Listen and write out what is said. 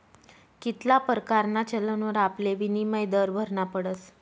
कित्ला परकारना चलनवर आपले विनिमय दर भरना पडस